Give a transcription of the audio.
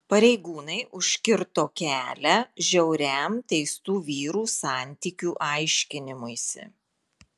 pareigūnai užkirto kelią žiauriam teistų vyrų santykių aiškinimuisi